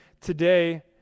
today